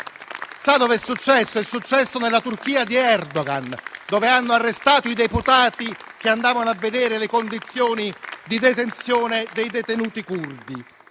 Sa dove è successo? È successo nella Turchia di Erdogan, dove hanno arrestato i deputati che andavano a vedere le condizioni di detenzione dei detenuti curdi.